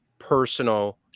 personal